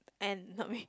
end